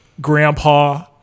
grandpa